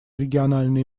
региональные